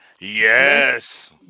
Yes